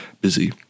busy